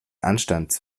anstandes